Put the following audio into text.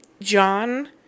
John